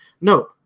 no